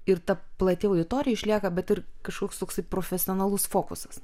ir ta plati auditorija išlieka bet ir kažkoks toksai profesionalus fokusas